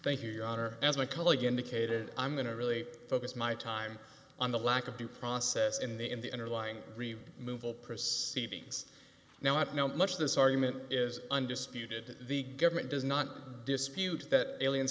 thank you your honor as my colleague indicated i'm going to really focus my time on the lack of due process in the in the underlying move all proceedings now i know much of this argument is undisputed the government does not dispute that aliens